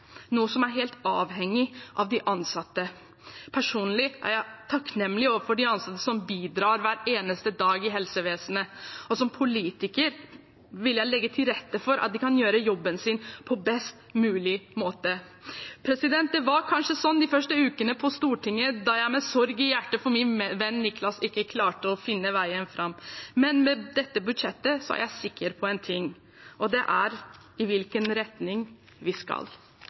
noe som er helt avhengig av de ansatte. Personlig er jeg takknemlig overfor de ansatte som bidrar hver eneste dag i helsevesenet, og som politiker vil jeg legge til rette for at de kan gjøre jobben sin på best mulig måte. Det var kanskje sånn de første ukene på Stortinget da jeg med sorg i hjertet for min venn Nicholas ikke klarte å finne veien fram, men med dette budsjettet er jeg sikker på én ting, og det er i hvilken retning vi skal.